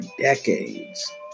decades